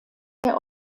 der